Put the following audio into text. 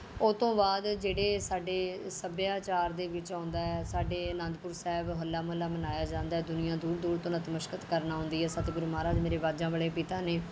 ਉਹ ਤੋਂ ਬਾਅਦ ਜਿਹੜੇ ਸਾਡੇ ਸੱਭਿਆਚਾਰ ਦੇ ਵਿੱਚ ਆਉਂਦਾ ਸਾਡੇ ਅਨੰਦਪੁਰ ਸਾਹਿਬ ਹੋਲਾ ਮਹੱਲਾ ਮਨਾਇਆ ਜਾਂਦਾ ਦੁਨੀਆਂ ਦੂਰ ਦੂਰ ਤੋਂ ਨਤਮਸਕਤ ਕਰਨ ਆਉਂਦੀ ਹੈ ਸਤਿਗੁਰੂ ਮਹਾਰਾਜ ਮੇਰੇ ਬਾਜਾਂ ਵਾਲੇ ਪਿਤਾ ਨੇ